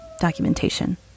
documentation